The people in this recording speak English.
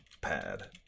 pad